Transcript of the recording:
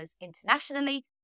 internationally